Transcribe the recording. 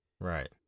right